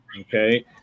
okay